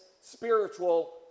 spiritual